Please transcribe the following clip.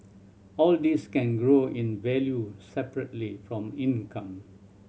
all these can grow in value separately from income